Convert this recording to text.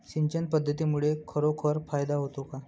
सिंचन पद्धतीमुळे खरोखर फायदा होतो का?